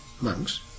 monks